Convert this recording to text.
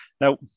Now